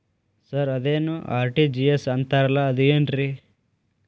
Sir ಅದೇನು RTGS ಅಂತಾರಲಾ ಅದು ಏನ್ರಿ?